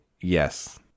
Yes